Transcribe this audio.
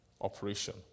operation